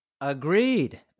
Agreed